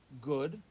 good